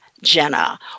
Jenna